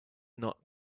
not